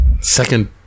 second